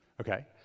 Okay